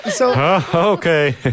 Okay